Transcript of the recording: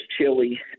chili